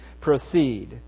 proceed